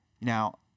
Now